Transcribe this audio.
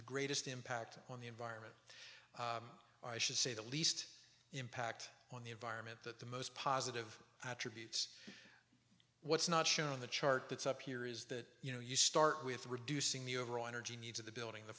greatest impact on the environment i should say the least impact on the environment that the most positive attributes what's not shown on the chart that's up here is that you know you start with reducing the overall energy needs of the building the